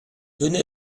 venez